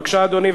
בבקשה, אדוני.